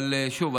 אבל שוב,